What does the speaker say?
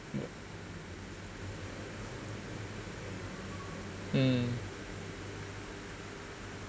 hmm